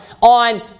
on